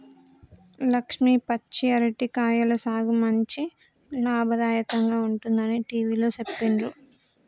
లక్ష్మి పచ్చి అరటి కాయల సాగు మంచి లాభదాయకంగా ఉంటుందని టివిలో సెప్పిండ్రు